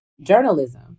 journalism